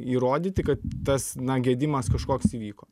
įrodyti kad tas na gedimas kažkoks įvyko